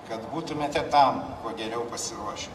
kad būtumėte tam kuo geriau pasiruošę